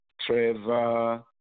Trevor